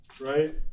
right